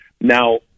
Now